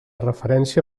referència